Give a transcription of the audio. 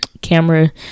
camera